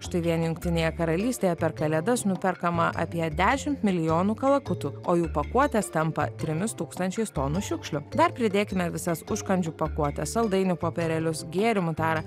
štai vien jungtinėje karalystėje per kalėdas nuperkama apie dešim milijonų kalakutų o jų pakuotės tampa trimis tūkstančiais tonų šiukšlių dar pridėkime visas užkandžių pakuotes saldainių popierėlius gėrimų tarą